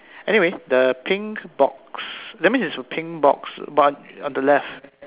anyway the pink box that means is pink box but on the left